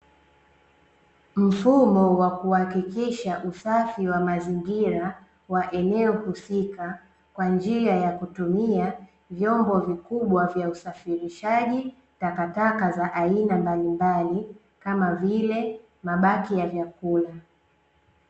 Mfumo wa kuhakikisha usafi wa mazingira wa eneo husika, kwa njia ya kutumia vyombo vikubwa vya usafirishaji takataka za aina mbalimbali, kama vile mabaki ya vyakula.